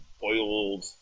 boiled